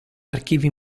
archivi